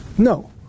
No